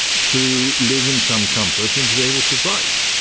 to live in some comfort and be able to write.